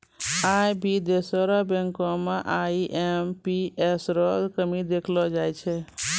आई भी देशो र बैंको म आई.एम.पी.एस रो कमी देखलो जाय छै